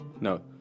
No